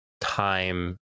time